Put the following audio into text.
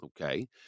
okay